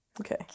Okay